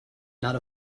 not